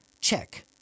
Check